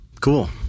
cool